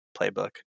playbook